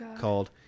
called